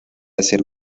hacer